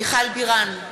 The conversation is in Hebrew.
מיכל בירן,